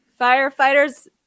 Firefighters